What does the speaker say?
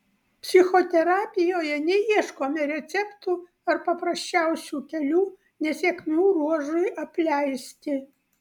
psichoterapijoje neieškome receptų ar paprasčiausių kelių nesėkmių ruožui apleisti